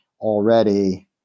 already